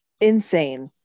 insane